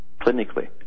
clinically